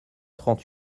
trente